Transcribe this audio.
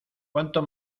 cuánto